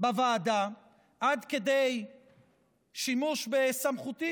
בוועדה עד כדי שימוש בסמכותי,